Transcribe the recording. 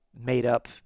made-up